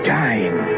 dying